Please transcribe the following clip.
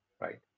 right